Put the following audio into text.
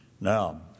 now